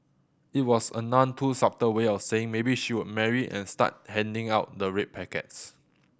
it was a none too subtle way of saying maybe she would marry and start handing out the red packets